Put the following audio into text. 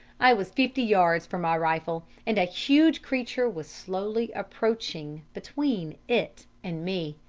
i was fifty yards from my rifle, and a huge creature was slowly approaching between it and me.